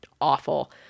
awful